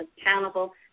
accountable